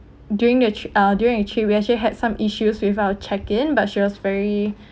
during the tri~ uh during the trip we actually had some issues with our check-in but she was very